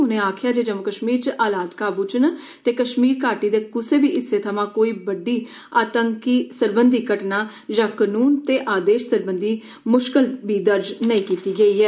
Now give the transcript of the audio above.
उनें आक्खेआ जे जम्मू कश्मीर च हालात काबू च न ते कश्मीर घाटी दे कुसै बी हिस्से थमां कोई बड्डी आतंक सरबंधी घटना यां कनून ते आदेश सरबंधी मृश्कल दर्ज नेई किती गेई ऐ